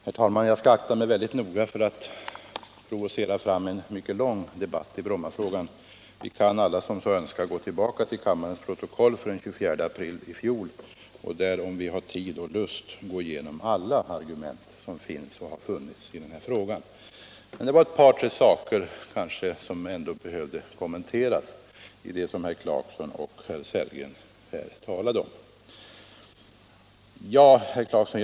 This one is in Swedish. Herr talman! Jag skall mycket noga akta mig för att provocera fram en lång debatt i Brommafrågan. Alla som så önskar och har tid kan gå tillbaka till kammarens protokoll för den 24 april i fjol och där ta del av alla argument som finns och har funnits i denna fråga. Det är kanske ändå ett par tre saker i herrar Clarksons och Sellgrens anföranden som jag anser bör kommenteras.